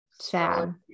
Sad